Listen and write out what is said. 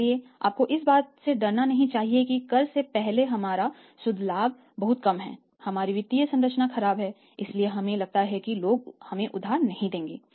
इसलिए हमको इस बात से डरना नहीं चाहिए कि कर से पहले हमारा शुद्ध लाभ बहुत कम है हमारी वित्तीय संरचना खराब है इसलिए हमें लगता है कि लोग उधार नहीं देंगे